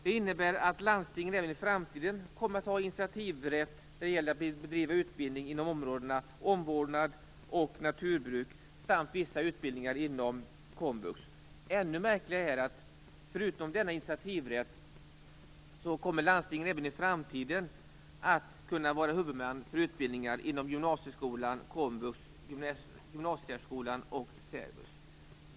Det innebär att landstingen även i framtiden kommer att ha initiativrätt när det gäller att bedriva utbildning inom områdena omvårdnad och naturbruk samt vissa utbildningar inom komvux. Ännu märkligare är att landstingen, förutom denna initiativrätt, även i framtiden kommer att kunna vara huvudmän för utbildningar inom gymnasieskolan, komvux, gymnasiesärskolan och särvux.